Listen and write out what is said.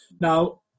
Now